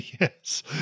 Yes